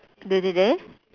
the the they